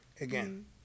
again